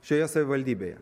šioje savivaldybėje